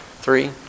three